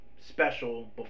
special